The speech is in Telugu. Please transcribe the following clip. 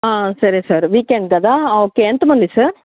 సరే సార్ వీకెండ్ కదా ఓకే ఎంతమంది సార్